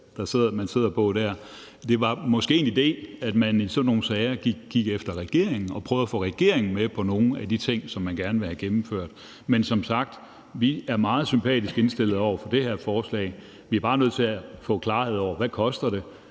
det var måske en idé, at man i sådan nogle sager gik efter regeringen, og at man prøvede at få den med på nogle af de ting, som man gerne vil have gennemført. Vi er som sagt meget sympatisk indstillede over for det her forslag, men vi er bare nødt til at få klarhed over, hvad det koster.